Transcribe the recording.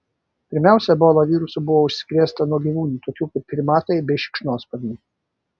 pirmiausia ebola virusu buvo užsikrėsta nuo gyvūnų tokių kaip primatai bei šikšnosparniai